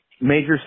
major